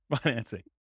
financing